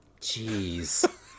Jeez